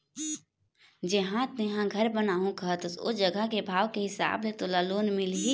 जिहाँ तेंहा घर बनाहूँ कहत हस ओ जघा के भाव के हिसाब ले तोला लोन मिलही